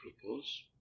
propose